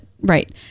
right